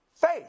faith